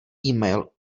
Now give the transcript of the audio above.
email